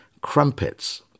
crumpets